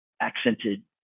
accented